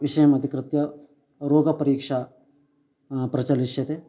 विषयम् अधिकृत्य रोगपरीक्षा प्रचलिष्यते